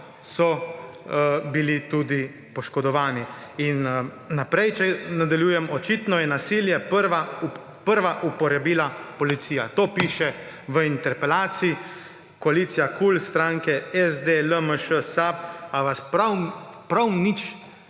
so bili tudi poškodovani. Naprej, če nadaljujem: »Očitno je nasilje prva uporabila policija.« To piše v interpelaciji koalicije KUL – stranke SD, LMŠ, SAB. Ali vas prav nič